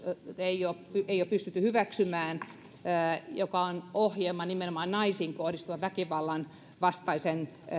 ei ole pystytty hyväksymään istanbulin sopimusta joka on ohjelma nimenomaan naisiin kohdistuvan väkivallan vastaisen